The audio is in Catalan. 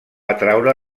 atraure